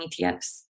ETFs